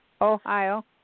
Ohio